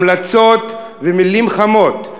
המלצות ומילים חמות,